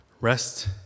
Rest